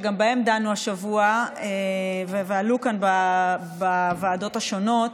שגם בהן דנו השבוע והן עלו כאן בוועדות השונות: